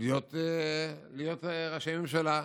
להיות ראשי ממשלה,